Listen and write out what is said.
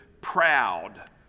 proud